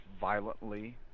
violently